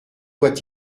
doit